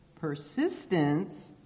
persistence